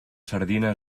sardina